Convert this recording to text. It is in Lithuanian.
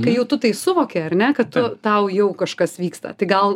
kai jau tu tai suvoki ar ne kad tu tau jau kažkas vyksta tai gal